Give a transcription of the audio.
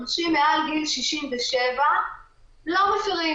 אנשים מעל גיל 67 לא מפירים,